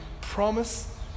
promise